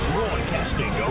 Broadcasting